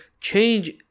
change